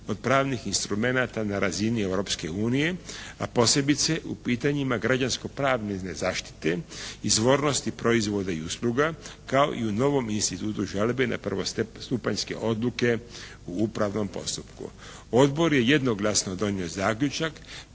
od pravnih instrumenata na razini Europske unije, a posebice u pitanjima građansko pravno zaštite, izvornosti proizvoda i usluga kao i u novom institutu žalbe na prvostupanjske odluke u upravnom postupku. Odbor je jednoglasno donio zaključak,